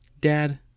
Dad